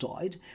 died